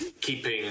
keeping